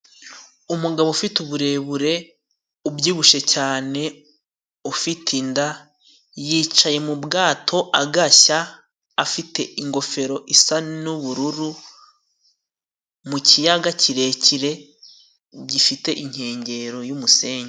Umugabo ufite uburebure ubyibushye cyane ufite inda, yicaye mu bwato agashya afite ingofero isa n'ubururu, mu kiyaga kirekire gifite inkengero y'umusenyi.